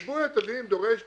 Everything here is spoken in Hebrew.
ריבוי התווים דורש פתרון.